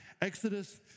Exodus